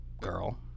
girl